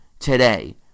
Today